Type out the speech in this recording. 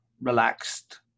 relaxed